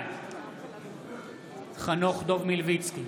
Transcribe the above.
בעד חנוך דב מלביצקי,